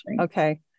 Okay